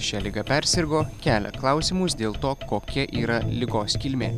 šia liga persirgo kelia klausimus dėl to kokia yra ligos kilmė